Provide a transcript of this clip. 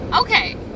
Okay